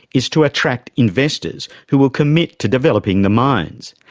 is to attract investors who will commit to developing the mines.